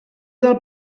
del